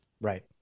Right